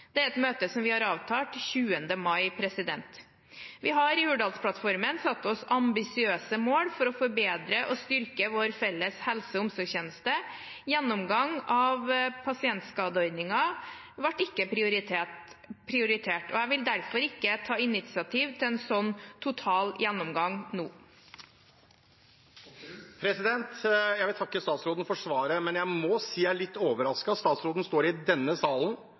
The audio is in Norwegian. Det er et møte som vi har avtalt 20. mai. Vi har i Hurdalsplattformen satt oss ambisiøse mål for å forbedre og styrke vår felles helse- og omsorgstjeneste. Gjennomgang av pasientskadeordningen ble ikke prioritert, og jeg vil derfor ikke ta initiativ til en total gjennomgang nå. Jeg vil takke statsråden for svaret, men jeg må si jeg er litt overrasket over det statsråden står i denne